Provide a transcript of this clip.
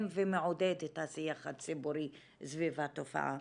ומעודד את השיח הציבורי סביב התופעה.